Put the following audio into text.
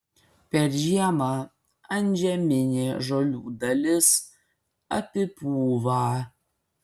per žiemą antžeminė žolių dalis apipūva